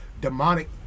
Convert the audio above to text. demonic